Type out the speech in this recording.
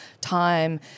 time